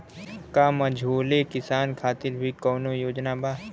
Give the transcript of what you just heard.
का मझोले किसान खातिर भी कौनो योजना बा?